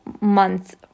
month